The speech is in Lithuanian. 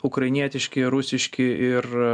ukrainietiški rusiški ir